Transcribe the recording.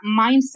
mindset